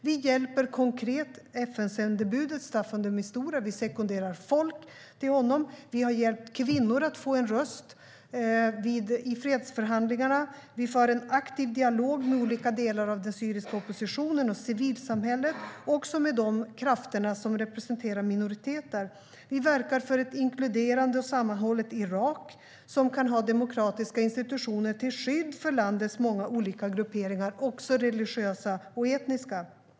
Vi hjälper konkret FN-sändebudet Staffan de Mistura, och vi sekonderar folk till honom. Vi har hjälpt kvinnor att få en röst i fredsförhandlingarna. Vi för en aktiv dialog med olika delar av den syriska oppositionen och civilsamhället, också med de krafter som representerar minoriteter. Vi verkar för ett inkluderande och sammanhållet Irak, som kan ha demokratiska institutioner till skydd för landets många olika grupperingar, även religiösa och etniska.